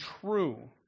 true